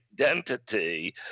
identity